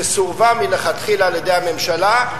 שסורבה מלכתחילה על-ידי הממשלה,